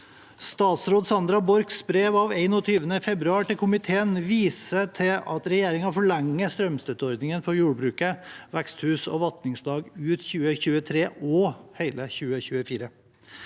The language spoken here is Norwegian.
Statsråd Sandra Borchs brev av 21. februar til komiteen viser til at regjeringen forlenger strømstøtte ordningene for jordbruket, veksthus og vanningslag ut 2023 og hele 2024.